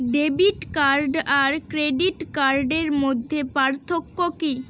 Debit card আর credit কার্ডের মধ্যে পার্থক্য কি?